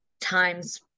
times